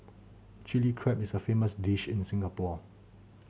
Chilli Crab is a famous dish in Singapore